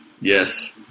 Yes